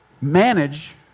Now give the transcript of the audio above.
manage